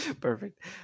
Perfect